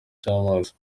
cy’amazi